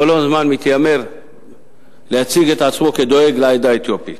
כל הזמן מתיימר להציג את עצמו כדואג לעדה האתיופית.